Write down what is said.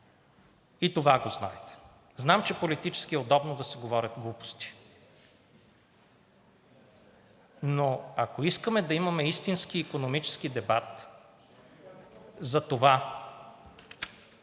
и това го знаете. Знам, че политически е удобно да се говорят глупости – но ако искаме да имаме истински икономически дебат за това